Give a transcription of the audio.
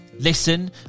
Listen